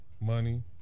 money